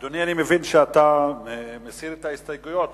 אדוני, אני מבין שאתה מסיר את ההסתייגויות?